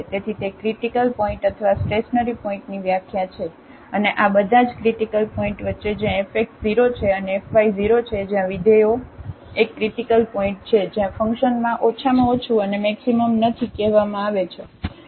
તેથી તે critical point અથવા સ્ટેશનરીપોઇન્ટની વ્યાખ્યા છે અને આ બધા જ ક્રિટીકલ પોઇન્ટ વચ્ચે જ્યાં fx 0 છે અને fy 0 છે જ્યાં વિધેયો એક ક્રિટીકલ પોઇન્ટ છે જ્યાં ફંકશનમાં ઓછામાં ઓછું અને મેક્સિમમ નથી કહેવામાં આવે છે